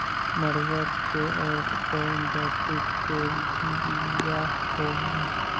मडूया के और कौनो जाति के बियाह होव हैं?